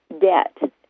debt